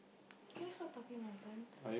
can you stop talking nonsense